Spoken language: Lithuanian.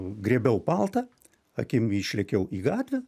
griebiau paltą akim išlėkiau į gatvę